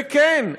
וכן,